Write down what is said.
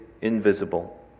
invisible